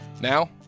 Now